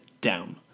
down